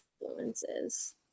influences